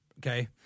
Okay